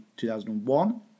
2001